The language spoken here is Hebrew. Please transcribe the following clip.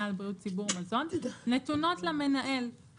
על בריאות ציבור מזון נתונות למנכ"ל משרד הבריאות.